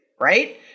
right